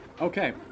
Okay